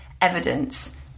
evidence